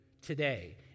today